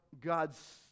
God's